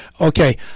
Okay